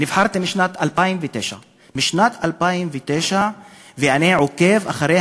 בשנת 2009. משנת 2009. ואני עוקב אחרי